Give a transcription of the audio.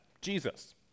Jesus